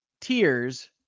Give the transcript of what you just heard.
tears